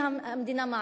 שהמדינה מעניקה.